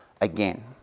again